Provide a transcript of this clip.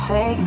Say